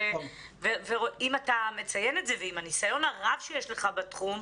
אם אתה מציין את זה ועם הניסיון הרב שיש לך בתחום,